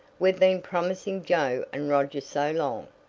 we've been promising joe and roger so long.